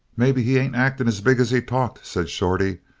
maybe he ain't acting as big as he talked, said shorty.